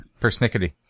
Persnickety